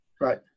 right